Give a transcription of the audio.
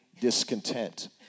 discontent